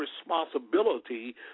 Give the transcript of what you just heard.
responsibility